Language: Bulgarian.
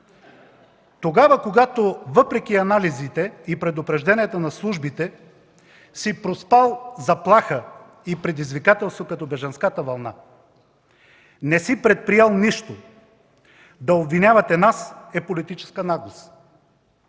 Тогава, когато въпреки анализите и предупрежденията на службите, си проспал заплаха и предизвикателство като бежанската вълна, не си предприел нищо, да обвинявате нас, е политическа наглост.